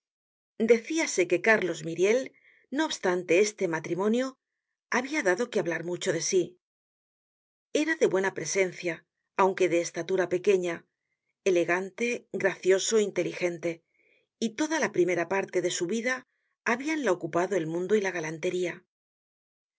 magistratura decíase que cárlos myriel no obstante este matrimonio habia dado que hablar mucho de sí era de buena presencia aunque de estatura pequeña elegante gracioso inteligente y toda la primera parte de su vida habianla ocupado el mundo y la galantería